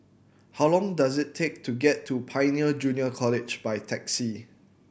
how long does it take to get to Pioneer Junior College by taxi